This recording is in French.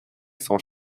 sont